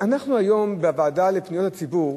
אנחנו היום בוועדה לפניות הציבור,